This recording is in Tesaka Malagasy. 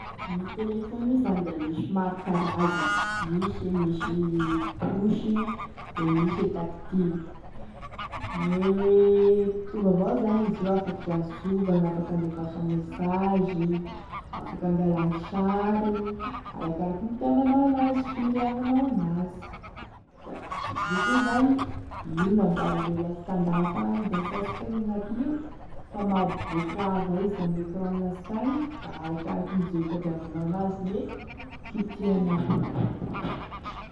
Gne téléphone io zany misy maro karazany, misy e misy touche da misy e tactile, gne mitovy avao e fampiasagny an'azy io afaky hiantsovagny, afaky handefasa message, afaky angalagny sary arakaraky ne itiavanao an'azy sy gny ilavanao an'azy, da izy io koa zany, io namboarindreo lasta andafy agny io da sy haisika e agnatiny io, fa mampiboaky raha avao izy ame écran lastagny da arakaraky ny ze tadiavinao an'azy e kitihanao.